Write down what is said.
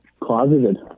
closeted